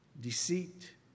deceit